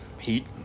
Heat